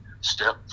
step